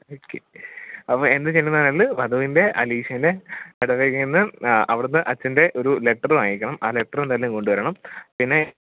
okay അപ്പം എന്താണ് ചെയ്യേണ്ടതെന്ന് പറഞ്ഞാൽ വധുവിൻ്റെ അലീഷേനെ ഇടവകയിൽ നിന്ന് അവിടുന്ന് അച്ചൻ്റെ ഒരു ലെറ്റർ വാങ്ങിക്കണം ആ ലെറ്റർ എന്തായാലും കൊണ്ടുവരണം പിന്നെ